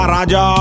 Raja